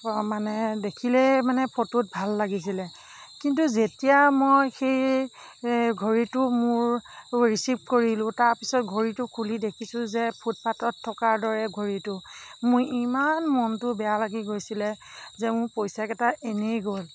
মানে দেখিলেই মানে ফটোত ভাল লাগিছিলে কিন্তু যেতিয়া মই সেই ঘড়ীটো মোৰ ৰিচিভ কৰিলোঁ তাৰপাছত ঘড়ীটো খুলি দেখিছোঁ যে ফুটপাথত থকাৰ দৰে ঘড়ীটো মোৰ ইমান মনটো বেয়া লাগি গৈছিলে যে মোৰ পইচাকেইটা এনেই গ'ল